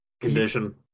condition